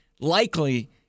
Likely